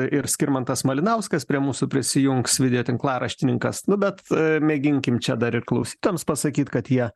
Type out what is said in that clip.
ir skirmantas malinauskas prie mūsų prisijungs video tinklaraštininkas nu bet mėginkim čia dar ir klausytojams pasakyt kad jie